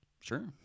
Sure